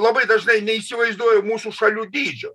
labai dažnai neįsivaizduoja mūsų šalių dydžio